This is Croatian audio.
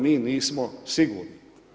Mi nismo sigurni.